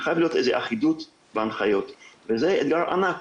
חייבת להיות איזו אחידות בהנחיות וזה אתגר ענק.